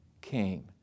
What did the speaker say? came